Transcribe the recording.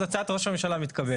אז הצעת ראש הממשלה מתקבלת.